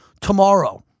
tomorrow